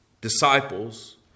Disciples